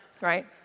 right